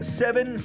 seven